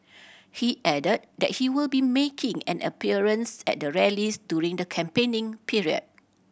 he added that he will be making an appearance at their rallies during the campaigning period